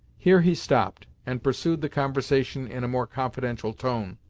here he stopped, and pursued the conversation in a more confidential tone.